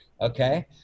Okay